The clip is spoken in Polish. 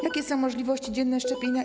Jakie są możliwości dzienne co do szczepienia?